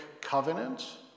Covenant